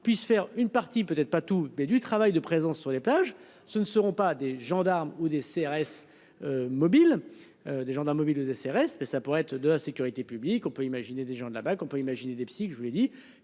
puissent faire une partie peut être pas tout mais du travail de présence sur les plages, ce ne seront pas des gendarmes ou des CRS. Mobile. Des gendarmes mobiles et CRS mais ça pourrait être de la Sécurité publique. On peut imaginer des gens de la BAC. On peut imaginer des psys, je vous l'ai dit,